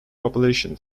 population